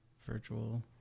virtual